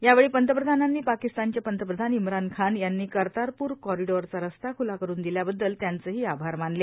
यावेळी पंतप्रधानांनी पाकिस्तानचे पंतप्रधान इम्रान खान यांनी कर्तारपूर कॉरिडोअरचा रस्ता खुला करून दिल्याबद्दल त्याचंही आभार मानलं